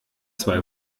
zwei